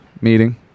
meeting